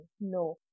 No